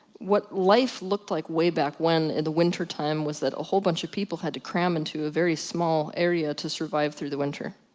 what life looked like way back when, in the wintertime was that a whole bunch of people had to cram into a very small area to survive through the winter.